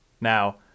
Now